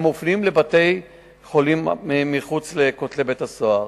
מפנים לבתי-חולים מחוץ לכותלי בית-הסוהר.